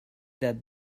that